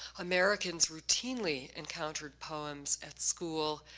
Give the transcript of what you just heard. americans routinely encountered poems at school,